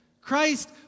Christ